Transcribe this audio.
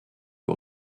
you